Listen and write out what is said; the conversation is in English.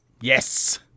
Yes